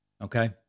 okay